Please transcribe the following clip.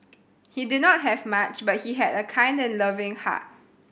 he did not have much but he had a kind and loving heart